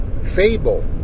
fable